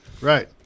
Right